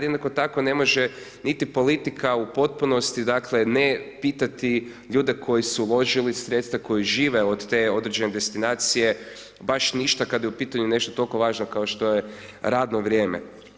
Jednako tako ne može ni politika u potpunosti, dakle, ne pitati ljude koji su uložili sredstva koji žive od te određene destinacije baš ništa kada je u pitanju nešto toliko važno kao što je radno vrijeme.